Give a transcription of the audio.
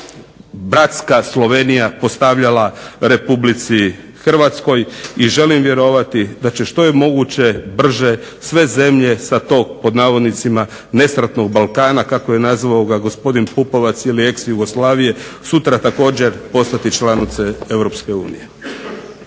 bratska Slovenija postavljala Republici Hrvatskoj i želim vjerovati da će što je moguće brže sve zemlje sa tog "nesretnog" Balkana kako ga je nazvao gospodin Pupovac ili ex Jugoslavije sutra također postati članice Europske unije.